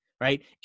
right